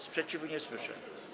Sprzeciwu nie słyszę.